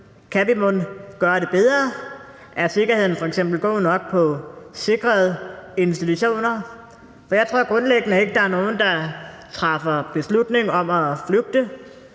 Kan vi mon gøre det bedre? Er sikkerheden f.eks. god nok på sikrede institutioner? For jeg tror grundlæggende ikke, at der er nogen, der træffer beslutning om at flygte